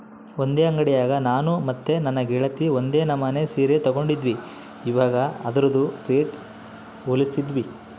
ಒಂದೇ ಅಂಡಿಯಾಗ ನಾನು ಮತ್ತೆ ನನ್ನ ಗೆಳತಿ ಒಂದೇ ನಮನೆ ಸೀರೆ ತಗಂಡಿದ್ವಿ, ಇವಗ ಅದ್ರುದು ರೇಟು ಹೋಲಿಸ್ತಿದ್ವಿ